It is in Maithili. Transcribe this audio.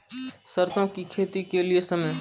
सरसों की खेती के लिए समय?